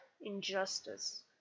injustice